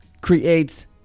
creates